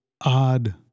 odd